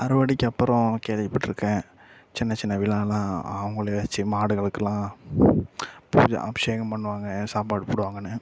அறுவடைக்கு அப்புறோம் கேள்விபட்டுருக்கேன் சின்ன சின்ன விழாலாம் அவங்களே வச்சி மாடுகளுக்குலான் அபிஷேகம் இது பண்ணுவாங்க சாப்பாடு போடுவாங்கன்னு